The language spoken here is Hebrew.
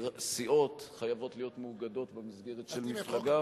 סיעות חייבות להיות מאוגדות במסגרת של מפלגה,